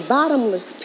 bottomless